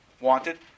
wanted